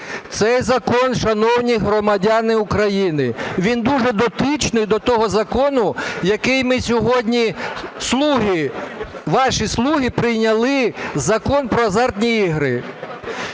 Цей закон, шановні громадяни України, він дуже дотичний до того закону, який ми сьогодні "слуги", ваші "слуги" прийняли Закон про азартні ігри.